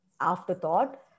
afterthought